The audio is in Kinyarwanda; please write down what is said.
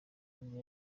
nibwo